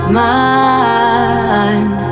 mind